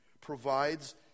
provides